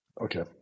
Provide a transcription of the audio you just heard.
Okay